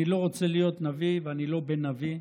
אני לא רוצה להיות נביא ואני לא בן נביא,